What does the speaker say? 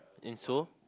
and so